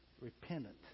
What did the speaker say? repentant